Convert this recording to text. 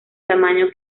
tamaño